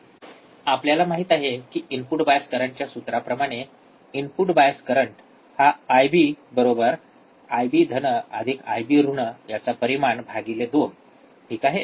आपल्याला माहित आहे की इनपुट बायस करंटच्या सूत्राप्रमाणे इनपुट बायस करंट हा आयबी ।आयबी धन आयबी ऋण। २ IB। IBIB । 2 ठीक आहे